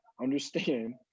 understand